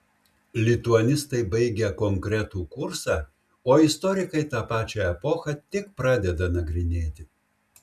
lituanistai baigia konkretų kursą o istorikai tą pačią epochą tik pradeda nagrinėti